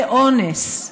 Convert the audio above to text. זה אונס.